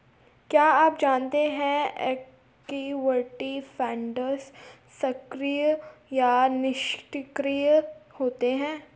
क्या आप जानते है इक्विटी फंड्स सक्रिय या निष्क्रिय होते हैं?